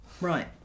right